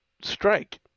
strike